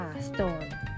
Stone